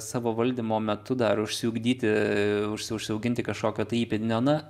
savo valdymo metu dar išsiugdyti užsiauginti kažkokio tai įpėdinio na